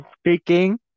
speaking